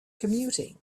commuting